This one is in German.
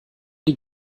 die